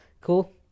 cool